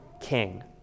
king